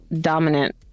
dominant